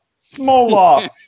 smolov